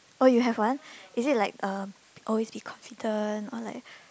oh you have one is it like um always be confident or like